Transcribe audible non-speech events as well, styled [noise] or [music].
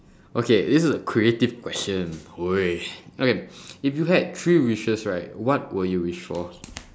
okay this is a creative question !oi! okay [breath] if you have three wishes right what would you wish for